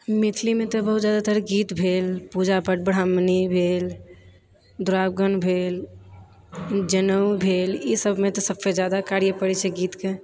मैथिली मे तऽ बहुत जादातर गीत भेल पूजा पर ब्राह्मणि भेल दुरागमन भेल जनेउ भेल इसब मे तऽ सबसँ जादा कार्य पड़य छै गीतके